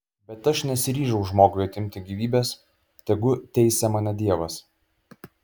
bet aš nesiryžau žmogui atimti gyvybės tegu teisia mane dievas